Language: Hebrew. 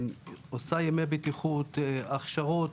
עושה ימי בטיחות, הכשרות.